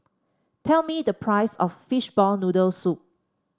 tell me the price of Fishball Noodle Soup